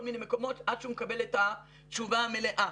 מיני מקומות עד שהוא מקבל את התשובה המלאה.